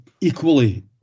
equally